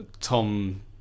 Tom